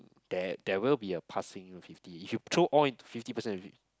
there there will be a passing fifty you threw all into fifty percent is it